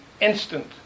instant